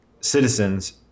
citizens